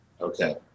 Okay